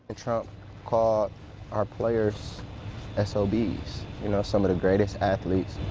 ah trump called our players ah sobs, you know some of the greatest athletes,